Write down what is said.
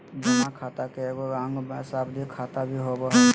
जमा खाता के एगो अंग सावधि खाता भी होबो हइ